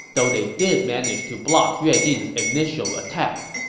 though they did manage to block yue jin's initial attack.